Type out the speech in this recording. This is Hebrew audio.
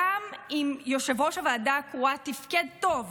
גם אם יושב-ראש הוועדה הקרואה תפקד טוב